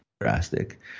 drastic